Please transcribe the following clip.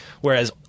Whereas